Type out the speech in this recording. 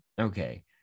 okay